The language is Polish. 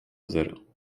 zero